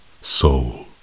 soul